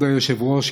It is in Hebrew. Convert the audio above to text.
כבוד היושב-ראש,